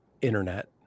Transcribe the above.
internet